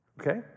Okay